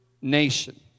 nation